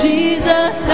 Jesus